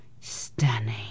Stunning